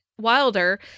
wilder